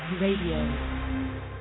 radio